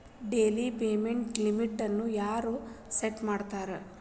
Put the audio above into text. daily payment ಲಿಮಿಟ್ನ ಯಾರ್ set ಮಾಡ್ತಾರಾ